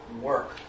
work